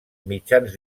mitjans